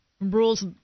rules